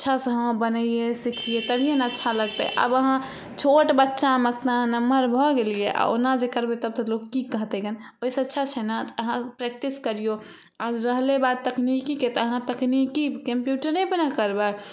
अच्छासँ हँ बनैयै सिखियै तभियेने अच्छा लगतै आब अहाँ छोट बच्चामे तऽ नमहर भऽ गेलियै आओर ओना जे करबय तब तऽ लोक की कहतै गन ओइसँ अच्छा छै ने अहाँ प्रेक्टिस करियौ आओर रहलय बात तकनिकीके तऽ अहाँ तकनिकी कम्प्युटरेपर ने करबय